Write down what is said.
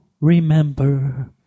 remember